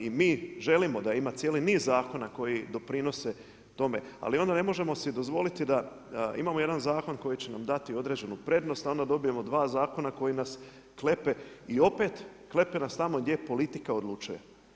I mi želimo da ima cijeli niz zakona koji doprinose tome ali onda ne možemo si dozvoliti da imamo jedan zakon koji će nam dati određenu prednost a onda dobijemo dva zakona koji nas klepe i opet klepe nas tamo gdje politika odlučuje.